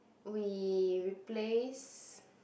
we replace